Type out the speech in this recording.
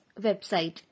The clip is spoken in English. website